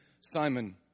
Simon